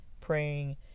praying